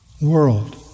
world